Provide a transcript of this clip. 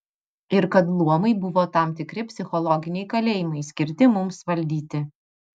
ir kad luomai buvo tam tikri psichologiniai kalėjimai skirti mums valdyti